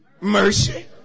mercy